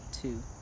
two